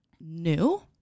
new